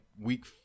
week